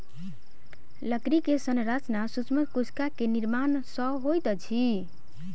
लकड़ी के संरचना सूक्ष्म कोशिका के निर्माण सॅ होइत अछि